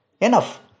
enough